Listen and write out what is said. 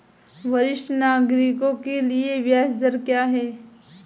वरिष्ठ नागरिकों के लिए ब्याज दर क्या हैं?